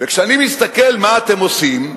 וכשאני מסתכל מה אתם עושים,